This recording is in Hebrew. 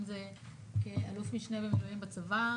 אם זה כאלוף משנה במילואים בצבא,